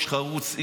איש חרוץ,